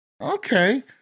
Okay